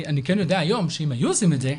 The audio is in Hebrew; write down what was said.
אני כן יודע היום שאם היו עושים את זה,